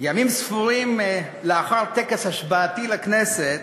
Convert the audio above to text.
ימים ספורים לאחר טקס השבעתי לכנסת,